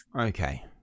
okay